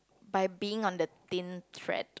by being on the thin thread